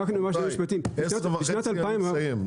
10:30 אני מסיים.